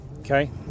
Okay